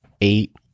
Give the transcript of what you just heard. eight